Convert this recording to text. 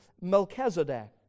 Melchizedek